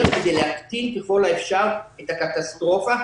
כדי להקטין ככל האפשר את הקטסטרופה,